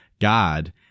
God